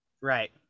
right